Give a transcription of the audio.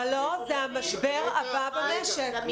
ולא זה המשבר הבא במשק.